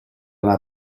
una